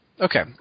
Okay